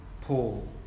Paul